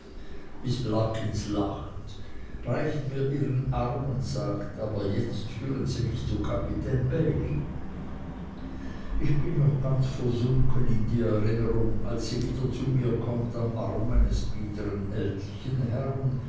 miß larkins lacht reicht mir ihren arm und sagt aber jetzt führen sie mich zu kapitän bailey ich bin noch ganz versunken in die erinnerung als sie wieder zu mir kommt am arm eines biedern ältlichen herrn